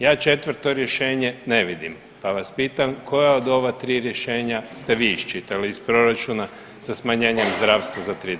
Ja četvrto rješenje ne vidim, pa vas pitam koja od ova tri rješenja ste vi iščitali iz proračuna sa smanjenjem zdravstva za 30%